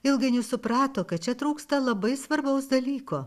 ilgainiui suprato kad čia trūksta labai svarbaus dalyko